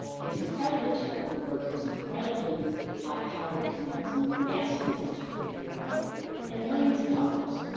it's incredibly technical work. it's incredibly high powered. it demands massive amounts of computer power and millions of dollars.